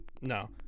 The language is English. No